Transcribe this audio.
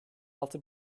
altı